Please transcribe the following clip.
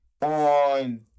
on